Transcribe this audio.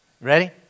ready